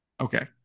Okay